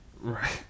Right